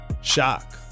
Shock